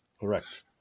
Correct